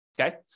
okay